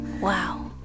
Wow